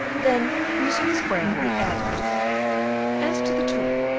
then, knitting his brow, he added as to the tulip,